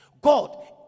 God